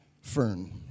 fern